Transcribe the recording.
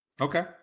Okay